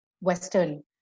Western